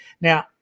Now